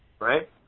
right